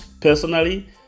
personally